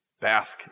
Bask